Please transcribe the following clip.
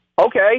Okay